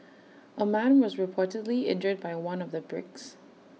A man was reportedly injured by one of the bricks